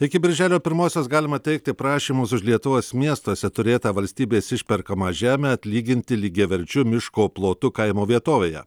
iki birželio pirmosios galima teikti prašymus už lietuvos miestuose turėtą valstybės išperkamą žemę atlyginti lygiaverčiu miško plotu kaimo vietovėje